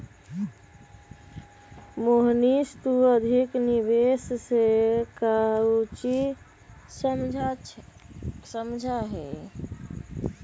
मोहनीश तू अधिक निवेश से काउची समझा ही?